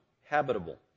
habitable